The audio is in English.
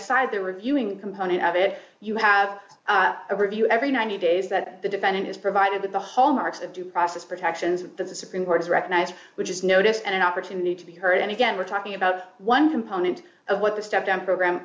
aside the reviewing component of it you have a review every ninety days that the defendant has provided the hallmarks of due process protections that the supreme court has recognized which is notice and an opportunity to be heard and again we're talking about one component of what the stepdown program